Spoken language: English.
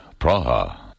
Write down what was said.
Praha